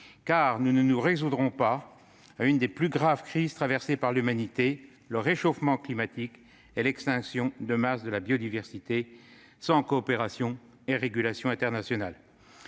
Car nous ne résoudrons pas une des plus graves crises traversées par l'humanité- le réchauffement climatique et l'extinction de masse de la biodiversité -sans coopération et régulation internationales.